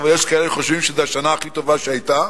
אבל יש כאלה שחושבים שזו השנה הכי טובה שהיתה.